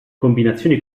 combinazioni